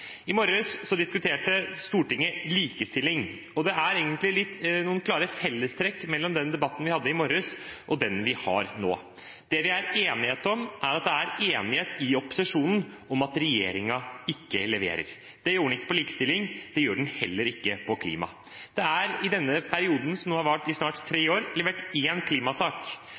I morges diskuterte Stortinget likestilling, og det er egentlig noen klare fellestrekk mellom den debatten vi hadde i morges, og den vi har nå. Og det er enighet i opposisjonen om at regjeringen ikke leverer – det gjorde den ikke med hensyn til likestilling, og det gjør den heller ikke når det gjelder klima. Det er i denne perioden, som nå har vart i snart tre år, levert én klimasak,